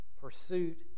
pursuit